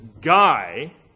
guy